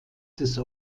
des